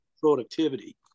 productivity